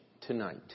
tonight